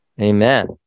Amen